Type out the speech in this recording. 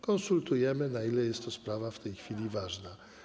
Konsultujemy, na ile jest to sprawa w tej chwili ważna.